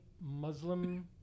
Muslim